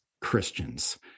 christians